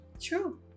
True